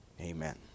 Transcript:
Amen